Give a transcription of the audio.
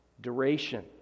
duration